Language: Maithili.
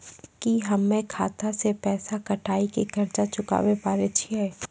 की हम्मय खाता से पैसा कटाई के कर्ज चुकाबै पारे छियै?